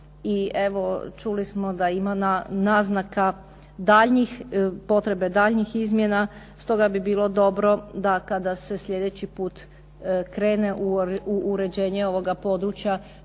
i evo čuli smo da ima naznaka daljnjih, potrebe daljnjih izmjena, stoga bi bilo dobro da kada se sljedeći put krene u uređenje ovoga područja